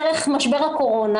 דרך משבר הקורונה